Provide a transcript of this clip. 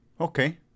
Okay